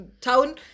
town